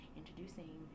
introducing